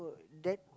that